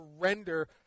surrender